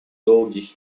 долгий